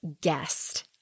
guest